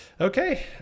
Okay